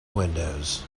windows